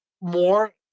more